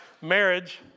marriage